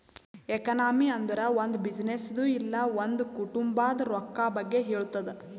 economy ಅಂದುರ್ ಒಂದ್ ಬಿಸಿನ್ನೆಸ್ದು ಇಲ್ಲ ಒಂದ್ ಕುಟುಂಬಾದ್ ರೊಕ್ಕಾ ಬಗ್ಗೆ ಹೇಳ್ತುದ್